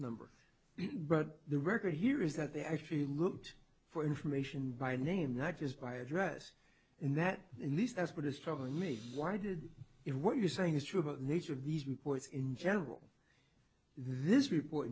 number but the record here is that they actually looked for information by name not just by address and that these that's what is troubling me why did it what you're saying is true of nature of these reports in general this report